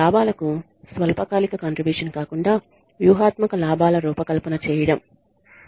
లాభాలకు స్వల్పకాలిక కాంట్రిబ్యూషన్ కాకుండా వ్యూహాత్మక లాభాల రూపకల్పన చేయడం